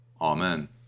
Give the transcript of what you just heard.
Amen